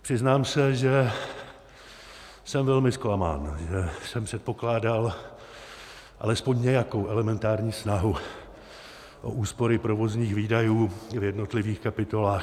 Přiznám se, že jsem velmi zklamán, že jsem předpokládal alespoň nějakou elementární snahu o úspory provozních výdajů v jednotlivých kapitolách.